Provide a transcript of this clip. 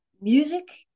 music